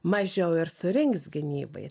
mažiau ir surinks gynybai